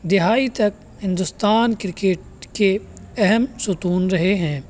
دہائی تک ہندوستان کرکٹ کے اہم ستون رہے ہیں